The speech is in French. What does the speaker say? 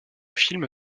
film